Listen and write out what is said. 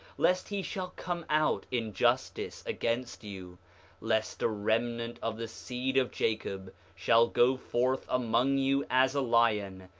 lest he shall come out in justice against you lest a remnant of the seed of jacob shall go forth among you as a lion,